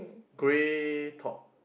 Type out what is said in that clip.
grey top